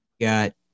got